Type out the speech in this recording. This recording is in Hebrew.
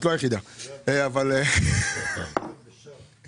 יש כאן את 100 התקנים של העובדים.